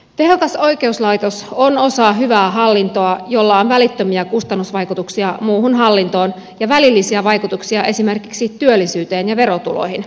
tehokas oikeuslaitos on osa hyvää hallintoa jolla on välittömiä kustannusvaikutuksia muuhun hallintoon ja välillisiä vaikutuksia esimerkiksi työllisyyteen ja verotuloihin